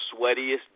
sweatiest